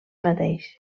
mateix